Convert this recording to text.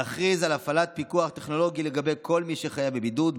להכריז על הפעלת פיקוח טכנולוגי לגבי כל מי שחייב בבידוד,